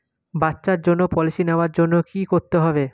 বাচ্চার জন্য পলিসি নেওয়ার জন্য কি করতে হবে?